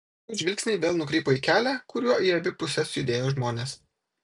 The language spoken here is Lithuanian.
jų žvilgsniai vėl nukrypo į kelią kuriuo į abi puses judėjo žmonės